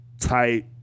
type